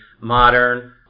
modern